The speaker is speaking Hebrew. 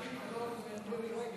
צריך לקרוא למירי רגב,